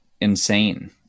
insane